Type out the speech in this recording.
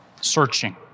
searching